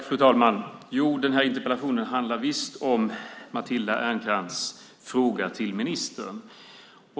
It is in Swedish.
Fru talman! Jo, den här interpellationsdebatten handlar visst om Matilda Ernkrans fråga till ministern.